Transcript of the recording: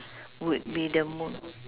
would be the mo~